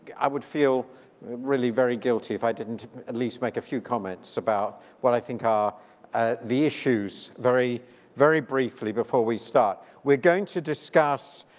i would feel really very guilty if i didn't at least make a few comments about what i think are the issues very very briefly before we start. we're going to discuss